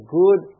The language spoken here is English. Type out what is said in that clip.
good